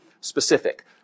specific